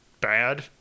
bad